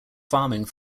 farming